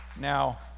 now